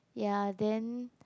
ya then